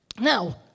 now